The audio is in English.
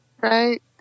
Right